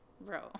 Bro